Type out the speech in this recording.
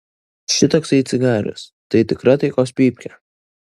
šitoksai cigaras tai tikra taikos pypkė